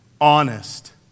honest